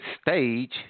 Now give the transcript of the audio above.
stage